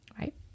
Right